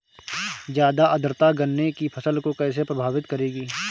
ज़्यादा आर्द्रता गन्ने की फसल को कैसे प्रभावित करेगी?